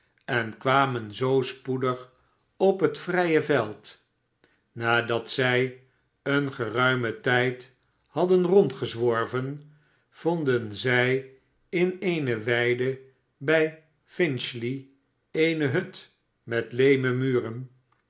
en kwamen zoo spoedig op het vrije veld nadat zij een geruimen tijd hadden rondgezworven vonden zij in eene weide bij finchley eene hut met leemen muren